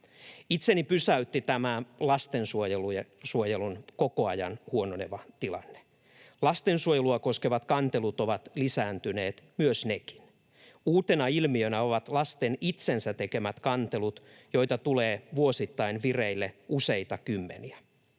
Itseni pysäytti lastensuojelun koko ajan huononeva tilanne. Lastensuojelua koskevat kantelut ovat lisääntyneet myös nekin. Uutena ilmiönä ovat lasten itsensä tekemät kantelut, joita tulee vuosittain vireille useita kymmeniä.